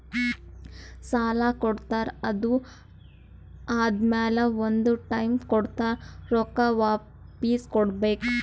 ಸಾಲಾ ಕೊಡ್ತಾರ್ ಅದು ಆದಮ್ಯಾಲ ಒಂದ್ ಟೈಮ್ ಕೊಡ್ತಾರ್ ರೊಕ್ಕಾ ವಾಪಿಸ್ ಕೊಡ್ಬೇಕ್